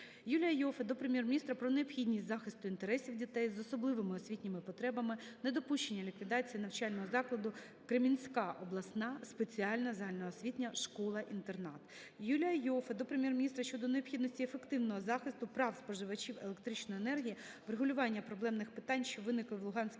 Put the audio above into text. Юлія Іоффе до Прем'єр-міністра про необхідність захисту інтересів дітей з особливими освітніми потребами, недопущення ліквідації навчального закладу "Кремінська обласна спеціальна загальноосвітня школа-інтернат". Юлія Іоффе до Прем'єр-міністра щодо необхідності ефективного захисту прав споживачів електричної енергії, врегулювання проблемних питань, що виникли в Луганській області